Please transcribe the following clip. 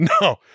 no